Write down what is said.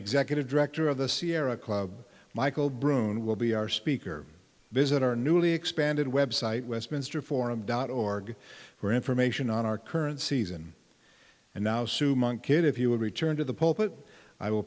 executive director of the sierra club michael brune will be our speaker visit our newly expanded website westminster forum dot org for information on our current season and now sue monk kidd if you will return to the